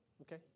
Okay